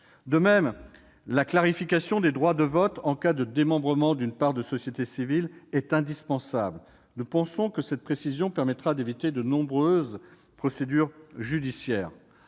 De même, la clarification des droits de vote en cas de démembrement d'une part de société civile est indispensable. Nous pensons que cette précision permettra d'éviter de nombreuses procédures judiciaires.